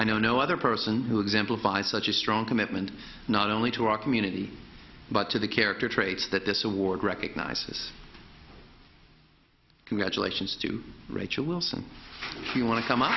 i know no other person who exemplifies such a strong commitment not only to our community but to the character traits that this award recognizes congratulations to rachel wilson if you want to come